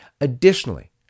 Additionally